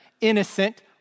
innocent